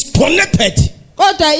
connected